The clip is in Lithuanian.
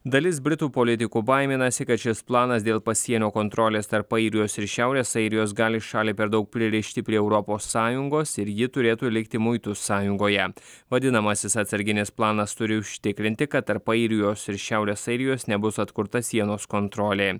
dalis britų politikų baiminasi kad šis planas dėl pasienio kontrolės tarp airijos ir šiaurės airijos gali šalį per daug pririšti prie europos sąjungos ir ji turėtų likti muitų sąjungoje vadinamasis atsarginis planas turi užtikrinti kad tarp airijos ir šiaurės airijos nebus atkurta sienos kontrolė